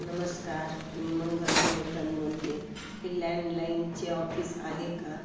नमस्कार मी मंगल गोवर्धन बोलते हे लँनडलाईनचे ऑफिस आहे का